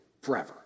forever